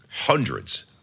hundreds